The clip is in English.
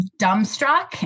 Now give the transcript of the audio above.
dumbstruck